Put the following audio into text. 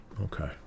Okay